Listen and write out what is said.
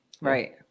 Right